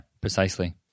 precisely